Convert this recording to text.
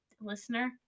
listener